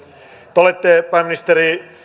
te olette pääministeri